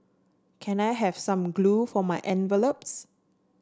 can I have some glue for my envelopes